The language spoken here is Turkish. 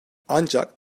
ancak